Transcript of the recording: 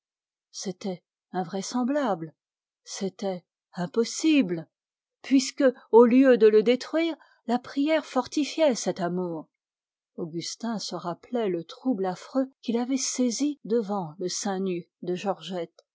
c'était invraisemblable puisque au lieu de le détruire la prière fortifiait cet amour augustin se rappelait le trouble affreux qui l'avait saisi devant le sein nu de georgette